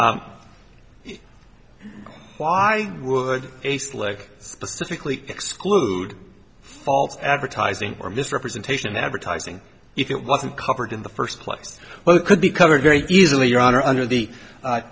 means why would a slick specifically exclude false advertising or misrepresentation advertising if it wasn't covered in the first place well it could be covered very easily your honor under the